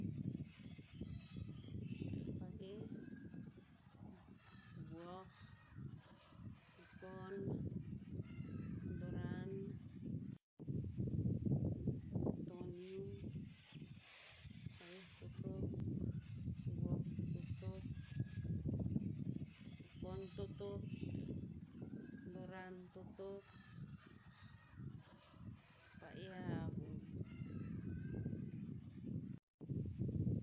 Pa'eh, buok, kukon, doran, tonium, pa'eh to tok, buok to tok, kukon to tok, doran to tok, pa'eh a havun.